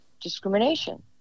discrimination